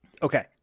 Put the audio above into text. okay